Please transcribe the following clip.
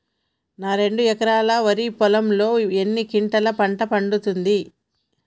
నా రెండు ఎకరాల వరి పొలంలో ఎన్ని క్వింటాలా పంట పండుతది?